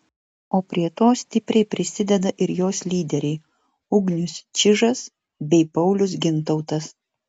o prie to stipriai prisideda ir jos lyderiai ugnius čižas bei paulius gintautas